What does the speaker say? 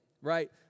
right